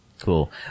Cool